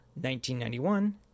1991